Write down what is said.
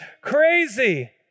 crazy